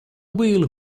wheel